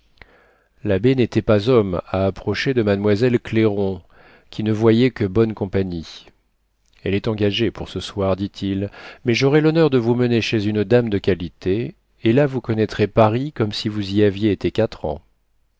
l'abbé n'était pas homme à approcher de mademoiselle clairon qui ne voyait que bonne compagnie elle est engagée pour ce soir dit-il mais j'aurai l'honneur de vous mener chez une dame de qualité et là vous connaîtrez paris comme si vous y aviez été quatre ans